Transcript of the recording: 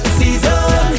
season